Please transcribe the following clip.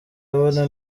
abona